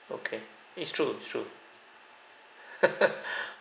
okay it's true it's true